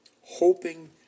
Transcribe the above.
hoping